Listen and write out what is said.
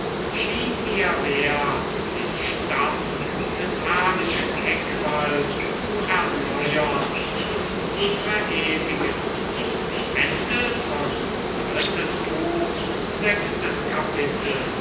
schien mir wert den stamm des herrlichen eckwald zu erneuern und zu verewigen